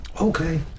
Okay